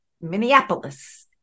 Minneapolis